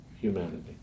Humanity